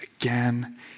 Again